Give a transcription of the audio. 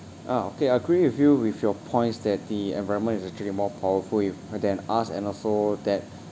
ah okay I agree with you with your points that the environment is actually more powerful with than us and also that